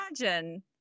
imagine